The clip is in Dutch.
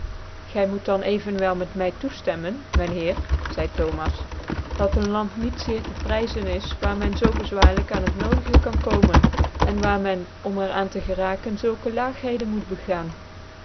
gy moet dan evenwel met my tocficmtnen myn heer zcidc thomas dat een land niet zeer te pryzen is waar men zoo bezwaarlijk aan het nodige kan komen en daar men om er aan te geraken zulke laagheden moet begaan